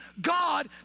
God